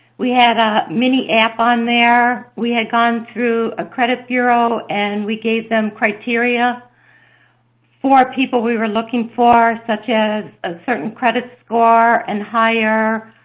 we had a mini app on there. we had gone through a credit bureau, and we gave them criteria for people we were looking for, such as a certain credit score and higher,